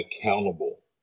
accountable